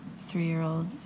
three-year-old